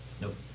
Nope